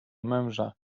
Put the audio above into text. męża